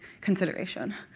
consideration